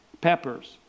Peppers